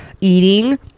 eating